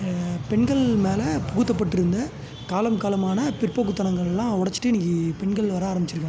பெண்கள் மேலே புகுத்தப்பட்டிருந்த காலம் காலமான பிற்போக்கு தனங்கள் எல்லாம் உடச்சிட்டு இன்றைக்கி பெண்கள் வர ஆரம்பிச்சுருக்காங்க